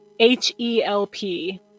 H-E-L-P